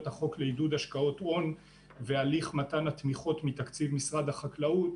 החוק לעידוד השקעות הון ובהליך מתן התמיכות מתקציב משרד החקלאות.